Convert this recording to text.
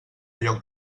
lloc